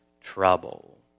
trouble